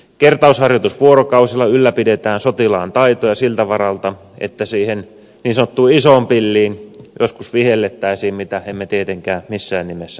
kertausharjoitusvuorokausilla ylläpidetään sotilaan taitoja siltä varalta että siihen niin sanottuun isoon pilliin joskus vihellettäisiin mitä emme tietenkään missään nimessä toivo